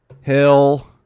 Hill